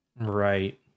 Right